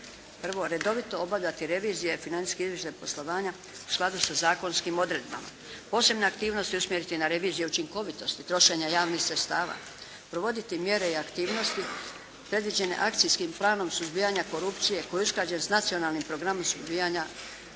Prvo, redovito obavljati revizije, financijski izvještaj poslovanja u skladu sa zakonskim odredbama. Posebne aktivnosti usmjeriti na revizije učinkovitosti, trošenja javnih sredstava, provoditi mjere i aktivnosti predviđene akcijskim planom suzbijanja korupcije koji je usklađen sa Nacionalnim programom suzbijanja korupcije